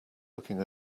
looking